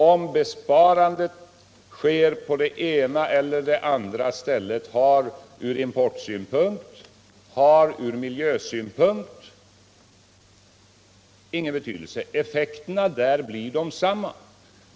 Om sparandet sker på det ena eller det andra stället har från importsynpunkt eller miljösynpunkt ingen betydelse. Effekterna blir där desamma.